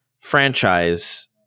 franchise